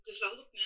development